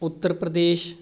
Uttar Pradesh